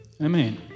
Amen